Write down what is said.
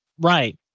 right